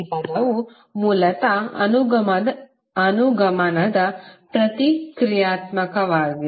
ಈ ಪದವು ಮೂಲತಃ ಅನುಗಮನದ ಪ್ರತಿಕ್ರಿಯಾತ್ಮಕವಾಗಿದೆ